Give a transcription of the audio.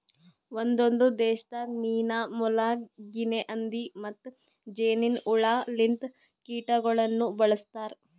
ಒಂದೊಂದು ದೇಶದಾಗ್ ಮೀನಾ, ಮೊಲ, ಗಿನೆ ಹಂದಿ ಮತ್ತ್ ಜೇನಿನ್ ಹುಳ ಲಿಂತ ಕೀಟಗೊಳನು ಬಳ್ಸತಾರ್